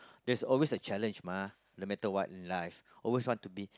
there's always a challenge mah no matter what in life always want to be